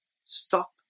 Stop